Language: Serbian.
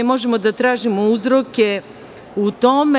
Možemo da tražimo uzroke u tome.